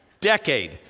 decade